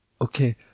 Okay